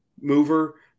mover